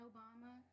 Obama